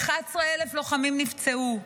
11,000 לוחמים נפצעו.